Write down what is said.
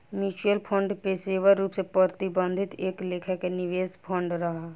mutual fund पेशेवर रूप से प्रबंधित एक लेखा के निवेश फंड हा